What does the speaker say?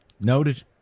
Noted